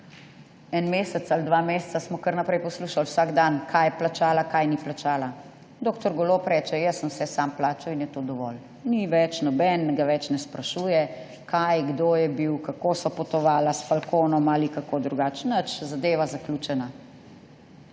en mesec ali dva meseca smo kar naprej poslušali vsak dan, kaj je plačala, česa ni plačala, dr. Golob reče, jaz sem vse sam plačal, in je to dovolj, ni več. Nihče ga več ne sprašuje, kaj, kdo je bil, kako so potovali, ali s falconom ali kako drugače. Nič, zadeva zaključena.